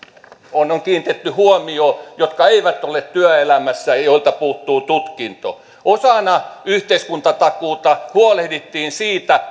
on on kiinnitetty huomiota jotka eivät ole työelämässä ja joilta puuttuu tutkinto osana yhteiskuntatakuuta huolehdittiin siitä